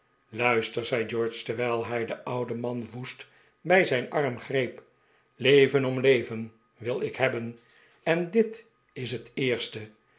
luister zei george terwijl hij den ouden man woest bij zijn arm greep leven om leven wil ik hebbenj en dit is het eerste